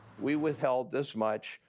we withheld this much.